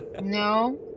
no